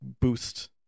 boost